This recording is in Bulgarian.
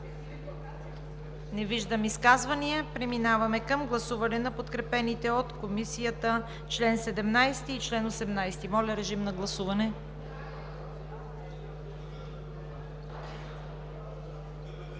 Не виждам изказвания. Преминаваме към гласуване на подкрепените от Комисията чл. 17 и чл. 18. Гласували